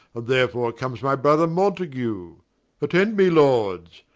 therefore comes my brother mountague attend me lords,